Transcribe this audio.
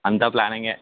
అంతా ప్లానింగే